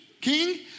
king